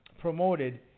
promoted